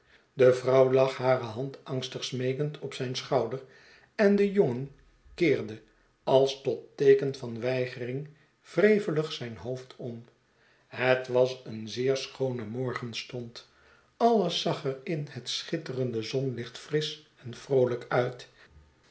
de vrouw lag hare hand angstig smeekend op zyn schouder en de jongen keerde als tot teeken van weigering wrevelig zijn hoofd om het was een zeer schoone morgenstond alles zag er in het schitterende zonlicht frisch en vroolijk uit